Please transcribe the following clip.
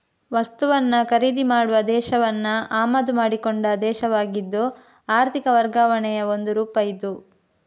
ವಸ್ತುವನ್ನ ಖರೀದಿ ಮಾಡುವ ದೇಶವನ್ನ ಆಮದು ಮಾಡಿಕೊಂಡ ದೇಶವಾಗಿದ್ದು ಆರ್ಥಿಕ ವರ್ಗಾವಣೆಯ ಒಂದು ರೂಪ ಇದು